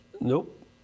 nope